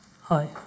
Hi